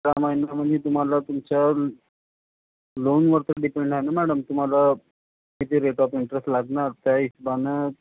त्या महिन्यामध्ये तुम्हाला तुमचं ल लोनवर परमिट मिळणार ना मॅडम तुम्हाला किती रेट ऑफ इंट्रेस्ट लागणार त्या हिशोबानं